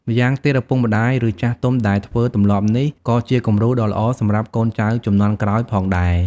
ម្យ៉ាងទៀត ឪពុកម្ដាយ ឬចាស់ទុំដែលធ្វើទម្លាប់នេះ ក៏ជាគំរូដ៏ល្អសម្រាប់កូនចៅជំនាន់ក្រោយផងដែរ។